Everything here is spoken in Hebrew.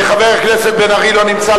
חבר הכנסת בן-ארי לא נמצא,